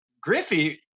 Griffey